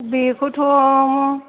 बेखौथ'